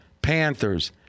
Panthers